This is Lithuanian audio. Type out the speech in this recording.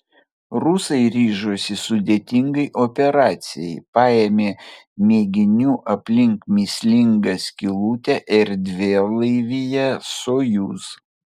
rusai ryžosi sudėtingai operacijai paėmė mėginių aplink mįslingą skylutę erdvėlaivyje sojuz